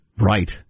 Right